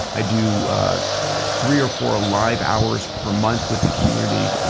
i do three or four live hours per month with the community.